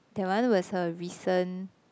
that one was a recent